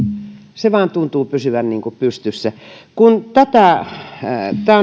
se vain tuntuu pysyvän pystyssä tämä